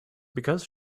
because